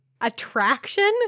Attraction